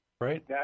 right